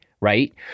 right